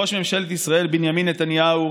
ראש ממשלת ישראל בנימין נתניהו: